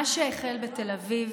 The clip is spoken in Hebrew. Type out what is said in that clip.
מה שהחל בתל אביב